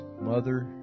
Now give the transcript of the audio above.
mother